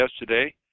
yesterday